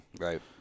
right